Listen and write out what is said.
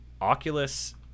Oculus